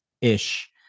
ish